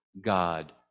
God